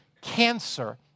cancer